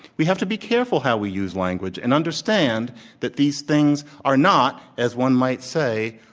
we have to be careful how we use language and understand that these things are not, as one might say,